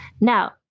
Now